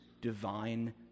divine